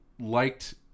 liked